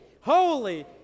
holy